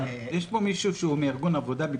יש פה מישהו מארגון נפגעי עבודה?